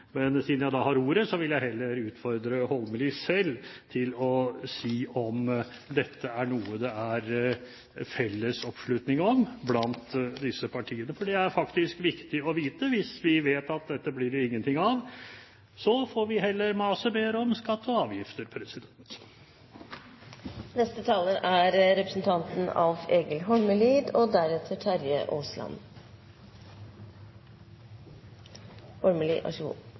Men siden jeg har ordet, vil jeg heller utfordre Holmelid selv til å si om dette er noe det er felles oppslutning om blant disse partiene, for det er det faktisk viktig å vite. Hvis vi vet at dette blir det ingenting av, så får vi heller mase mer om skatt og avgifter. I matematikken har vi noko som skil mellom å vere eksklusivt og